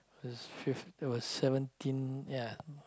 it was fifth it was seventeen ya